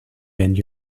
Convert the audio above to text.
bend